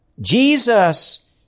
Jesus